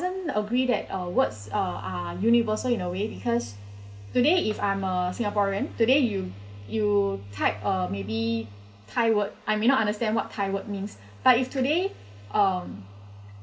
agreed that uh words uh are universal in a way because today if I'm a singaporean today you you type uh maybe thai word I may not understand what thai word means but if today um